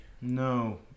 No